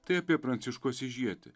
tai apie pranciškų asyžietį